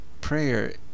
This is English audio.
prayer